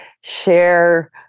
share